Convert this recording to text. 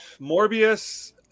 Morbius